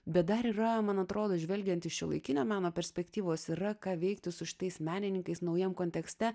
bet dar yra man atrodo žvelgiant iš šiuolaikinio meno perspektyvos yra ką veikti su šitais menininkais naujam kontekste